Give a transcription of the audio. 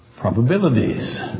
probabilities